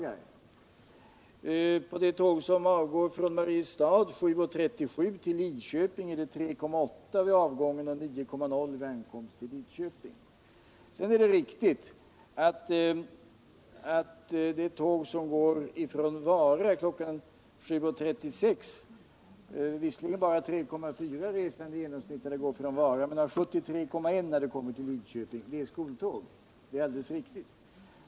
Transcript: På det tåg som avgår från Mariestad kl. 7.37 till Lidköping är det 3,8 resande vid avgången och 9,0 vid ankomsten till Lidköping. Det är riktigt att det tåg som går från Vara kl. 7.36 visserligen bara har i genomsnitt 3,4 resande när det går från Vara men har 73,1 när det kommer till Lidköping. Det är ett skoltåg.